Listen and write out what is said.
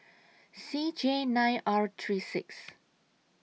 C J nine R three six